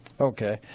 Okay